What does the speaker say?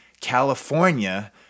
California